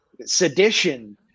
sedition